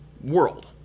world